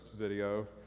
video